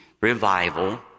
revival